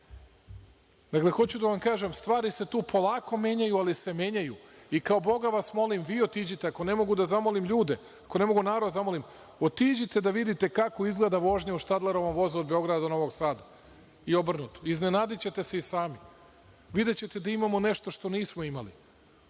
para. Dakle, hoću da vam kažem, stvari se tu polako menjaju, ali se menjaju i, kao boga vas molim, vi idite, ako ne mogu da zamolim ljude, ako ne mogu narod da zamolim, idite da vidite kako izgleda vožnja u Štadlerovom vozu od Beograda do Novog Sada i obrnuto, iznenadićete se i sami. Videćete da imamo nešto što nismo imali.